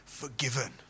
forgiven